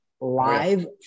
live